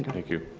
thank you.